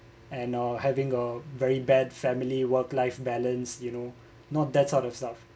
and uh having a very bad family work life balance you know not that sort of stuff